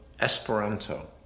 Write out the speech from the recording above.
Esperanto